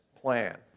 plan